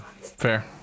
fair